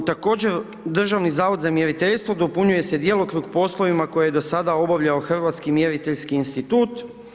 U, također, Državni zavod za mjeriteljstvo, dopunjuje se djelokrug poslovima koje je do sada obavljao Hrvatski mjeriteljski institut.